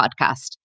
podcast